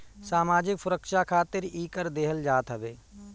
सामाजिक सुरक्षा खातिर इ कर देहल जात हवे